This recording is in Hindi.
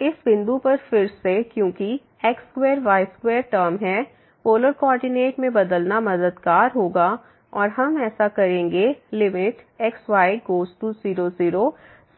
तो इस बिंदु पर फिर से क्योंकि x2y2टर्म है पोलर कोऑर्डिनेट में बदलना मददगार होगा और हम ऐसा करेंगे लिमिट x y→0 0